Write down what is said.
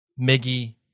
Miggy